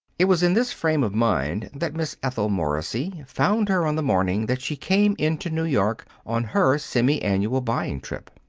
it was in this frame of mind that miss ethel morrissey found her on the morning that she came into new york on her semi-annual buying-trip.